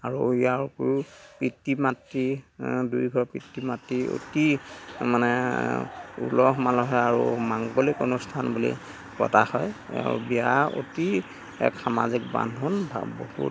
আৰু ইয়াৰোপৰিও পিতৃ মাতৃৰ দুয়োঘৰৰ পিতৃ মাতৃৰ অতি মানে উলহ মালহেৰে আৰু মাংগলিক অনুষ্ঠান বুলি পতা হয় বিয়া অতি এক সামাজিক বান্ধোন বা বহুত